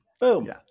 Boom